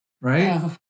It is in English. Right